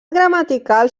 gramatical